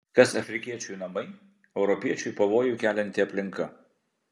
kas afrikiečiui namai europiečiui pavojų kelianti aplinka